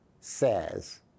says